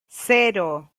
cero